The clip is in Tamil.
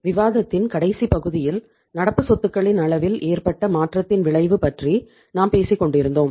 விவாதத்தின் கடைசி பகுதியில் நடப்பு சொத்துகளின் அளவில் ஏற்பட்ட மாற்றத்தின் விளைவு பற்றி நாம் பேசிக் கொண்டிருந்தோம்